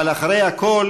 אבל אחרי הכול